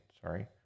Sorry